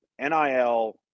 NIL